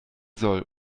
soll